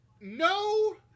No